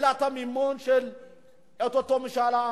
שאלת המימון של או-טו-טו משאל עם.